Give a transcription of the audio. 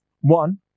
one